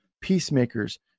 peacemakers